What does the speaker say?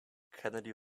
kennedy